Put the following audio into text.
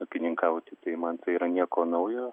ūkininkauti tai man tai yra nieko naujo